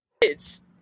kids